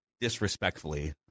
disrespectfully